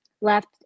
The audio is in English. Left